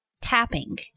tapping